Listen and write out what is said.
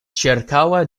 ĉirkaŭe